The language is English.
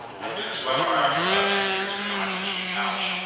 i did this webinar after about two years of being on my sister's couch,